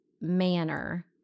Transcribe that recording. manner